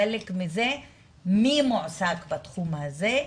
חלק מזה מי מועסק בתחום הזה,